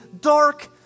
dark